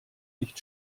nicht